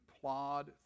plod